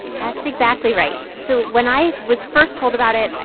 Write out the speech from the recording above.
that's exactly right. so when i was first told about it,